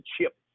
chip